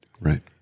Right